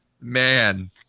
man